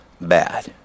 bad